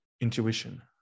intuition